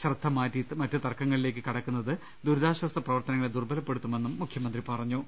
ശ്രദ്ധ മാറ്റി മറ്റ് തർക്കങ്ങ ളിലേക്ക് കടക്കുന്നത് ദുരിതാശ്വാസ പ്രവർത്തനങ്ങളെ ദുർബലപ്പെ ടുത്തുമെന്നും മുഖ്യമന്ത്രി പറഞ്ഞു